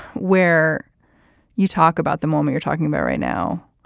where you talk about the moma, you're talking about right now.